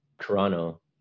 Toronto